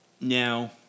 Now